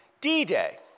D-Day